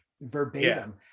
verbatim